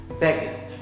Begging